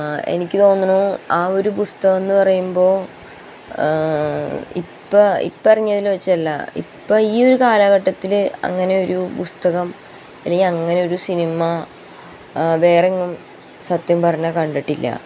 എനിക്ക് തോന്നുന്നു ആ ഒരുപുസ്തകമെന്ന് പറയുമ്പോൾ ഇപ്പം ഇപ്പം ഇറങ്ങിയതില് വെച്ച് അല്ല ഇപ്പ ഈ ഒരു കാലഘട്ടത്തില് അങ്ങനെയൊരു പുസ്തകം അല്ലെങ്കിൽ അങ്ങനെയൊരു സിനിമ വേറെങ്ങും സത്യം പറഞ്ഞാൽ കണ്ടിട്ടില്ല